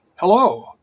Hello